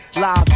live